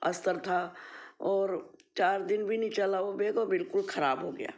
अस्तर था और चार दिन भी नहीं चला ओ बेग तो बिल्कुल खराब हो गया